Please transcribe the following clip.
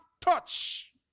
touch